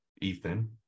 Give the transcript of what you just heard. Ethan